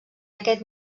aquest